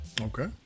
Okay